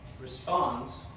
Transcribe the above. responds